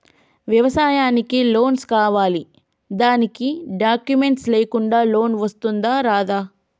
వ్యవసాయానికి లోన్స్ కావాలి దానికి డాక్యుమెంట్స్ లేకుండా లోన్ వస్తుందా రాదా?